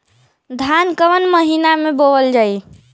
धान कवन महिना में बोवल जाई?